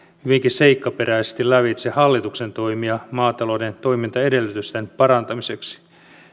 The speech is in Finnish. hyvinkin seikkaperäisesti lävitse hallituksen toimia maatalouden toimintaedellytysten parantamiseksi